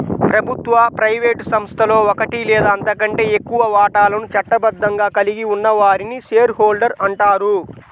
ప్రభుత్వ, ప్రైవేట్ సంస్థలో ఒకటి లేదా అంతకంటే ఎక్కువ వాటాలను చట్టబద్ధంగా కలిగి ఉన్న వారిని షేర్ హోల్డర్ అంటారు